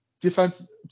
defense